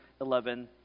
11